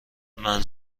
اینه